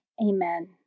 Amen